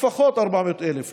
לפחות 400,000,